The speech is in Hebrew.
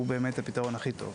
הוא באמת הפתרון הכי טוב.